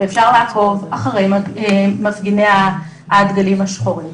ואפשר לעקוב אחר מפגיני הדגלים השחורים.